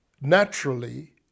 naturally